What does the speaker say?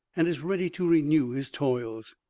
and is ready to renew his toils.